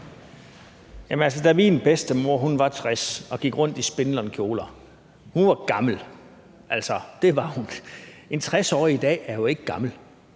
Da min bedstemor var 60 og gik rundt i spinlonkjoler, var hun gammel, altså, det var hun. En 60-årig i dag er jo ikke gammel.